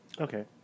Okay